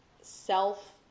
self